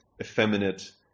effeminate